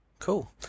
Cool